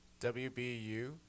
wbu